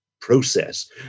process